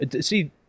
see